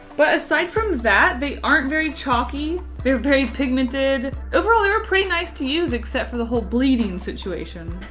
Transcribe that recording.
but aside from that they aren't very chalky. they're very pigmented. overall, they're pretty nice to use except for the whole bleeding situation.